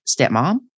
stepmom